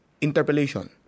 interpolation